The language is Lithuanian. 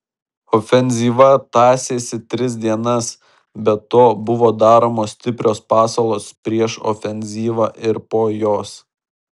ofenzyva tąsėsi tris dienas be to buvo daromos stiprios pasalos prieš ofenzyvą ir po jos